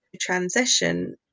transition